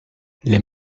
les